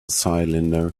cylinder